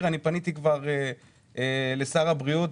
פניתי כבר לשר הבריאות.